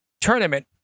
tournament